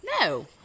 No